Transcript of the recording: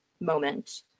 moment